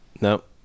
Nope